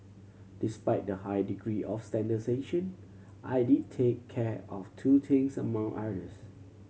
despite the high degree of standardisation I did take care of two things among others